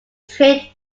trained